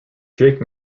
jake